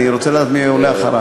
אני רוצה לדעת מי עולה אחרי.